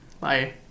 Bye